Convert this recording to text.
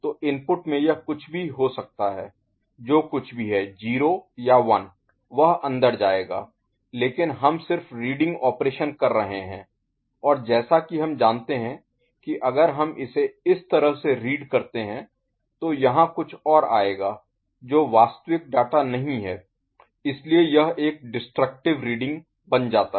तो इनपुट में यह कुछ भी हो सकता है जो कुछ भी है 0 या 1 वह अंदर जायेगा लेकिन हम सिर्फ रीडिंग ऑपरेशन कर रहे हैं और जैसा कि हम जानते हैं कि अगर हम इसे इस तरह से रीड करते हैं तो यहां कुछ और आएगा जो वास्तविक डाटा नहीं है इसलिए यह एक डिस्ट्रक्टिव Destructive विनाशकारी रीडिंग बन जाता है